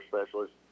specialist